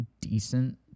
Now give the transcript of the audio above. decent